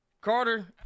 Carter